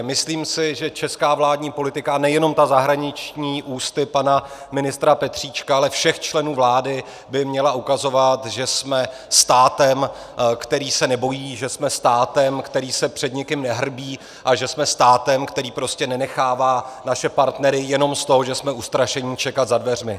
Myslím si, že česká vládní politika, a nejenom ta zahraniční ústy pana ministra Petříčka, ale všech členů vlády, by měla ukazovat, že jsme státem, který se nebojí, že jsme státem, který se před nikým nehrbí, a že jsme státem, který prostě nenechává naše partnery jenom z toho, že jsme ustrašení, čekat za dveřmi.